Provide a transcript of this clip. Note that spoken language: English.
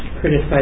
criticize